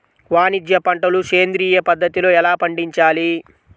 వాణిజ్య పంటలు సేంద్రియ పద్ధతిలో ఎలా పండించాలి?